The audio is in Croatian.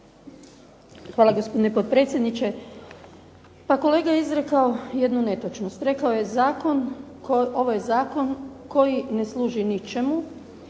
Hvala gospodine potpredsjedniče. Pa kolega je izrekao jednu netočnost. Rekao je zakon, ovo je zakon koji ne služi ničemu.